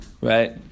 right